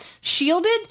shielded